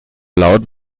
laut